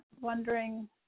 wondering